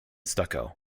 stucco